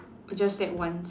just that once